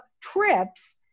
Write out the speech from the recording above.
trips